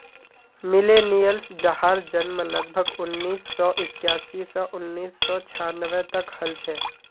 millennials जहार जन्म लगभग उन्नीस सौ इक्यासी स उन्नीस सौ छानबे तक हल छे